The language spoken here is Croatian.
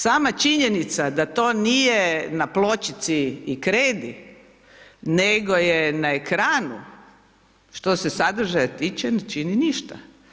Sama činjenica da to nije na pločici i kredi nego je na ekranu što se sadržaja tiče ne čini ništa.